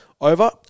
over